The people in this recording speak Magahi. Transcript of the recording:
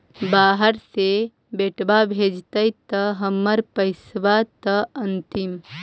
बाहर से बेटा भेजतय त हमर पैसाबा त अंतिम?